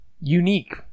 unique